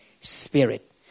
spirit